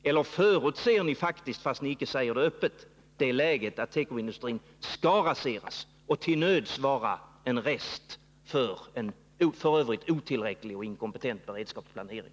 Eller förutser ni faktiskt, fast ni inte säger det öppet, att tekoindustrin kommer att raseras och till nöds blir en rest för en i övrigt otillräcklig och inkompetent beredskapsplanering?